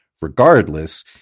regardless